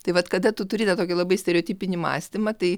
tai vat kada tu turi tą tokį labai stereotipinį mąstymą tai